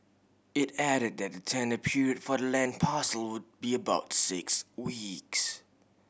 it added that the tender period for the land parcel would be about six weeks